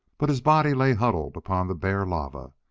but his body lay huddled upon the bare lava.